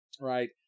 right